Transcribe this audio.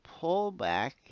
pullback